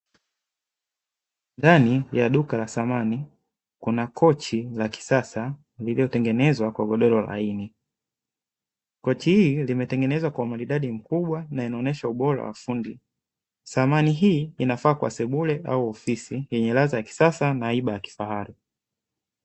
Ndani ya duka la samani kuna kochi la kisasa lililotengenezwa kwa godoro laini. Kochi hili limetengenezwa kwa umaridadi mkubwa na inaonesha ubora wa fundi. Samani hii inafaa kwa sebule au ofisi yenye ladha ya kisasa na haiba ya kifahari.